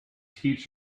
teach